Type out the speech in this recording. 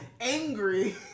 angry